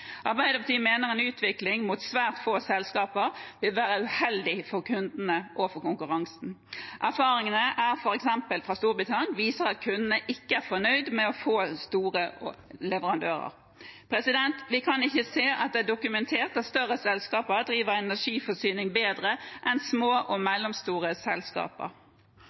Arbeiderpartiet mener en utvikling mot svært få selskaper vil være uheldig for kundene og for konkurransen. Erfaringene fra f.eks. Storbritannia viser at kundene ikke er fornøyd med få og store leverandører. Vi kan ikke se at det er dokumentert at større selskaper driver energiforsyning bedre enn små og mellomstore selskaper.